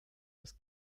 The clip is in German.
das